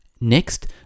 Next